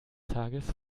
tages